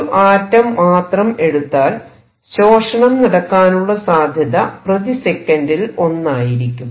ഒരു ആറ്റം മാത്രമെടുത്താൽ ശോഷണം നടക്കാനുള്ള സാധ്യത പ്രതി സെക്കൻഡിൽ 1 ആയിരിക്കും